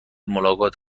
ملاقات